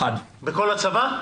בכל הצבא.